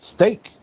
steak